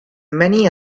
many